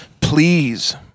please